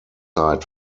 side